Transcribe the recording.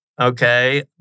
Okay